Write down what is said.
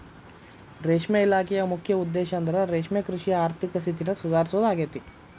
ರೇಷ್ಮೆ ಇಲಾಖೆಯ ಮುಖ್ಯ ಉದ್ದೇಶಂದ್ರ ರೇಷ್ಮೆಕೃಷಿಯ ಆರ್ಥಿಕ ಸ್ಥಿತಿನ ಸುಧಾರಿಸೋದಾಗೇತಿ